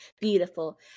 beautiful